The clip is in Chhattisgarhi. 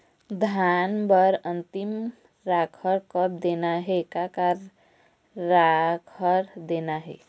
धान बर अन्तिम राखर कब देना हे, का का राखर देना हे?